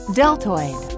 deltoid